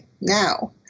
now